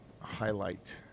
Highlight